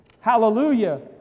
Hallelujah